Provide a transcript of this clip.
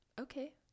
Okay